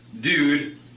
dude